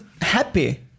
happy